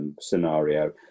scenario